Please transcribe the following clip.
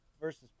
versus